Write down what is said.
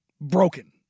broken